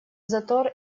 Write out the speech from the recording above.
затор